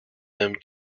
them